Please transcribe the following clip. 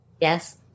Yes